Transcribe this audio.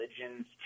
religions